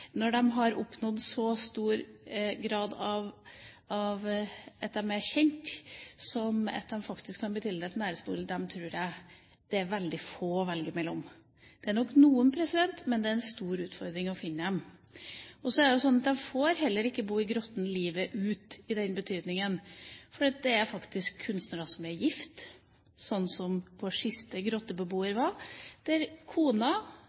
når de har oppnådd å bli så kjent at de faktisk kan bli tildelt en æresbolig, tror jeg det er veldig få av. Det er nok noen, men det er en stor utfordring å finne dem. De får heller ikke bo i Grotten livet ut, for det er faktisk kunstnere som er gift – som vår siste Grotten-beboer var – der f.eks. kona